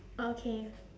okay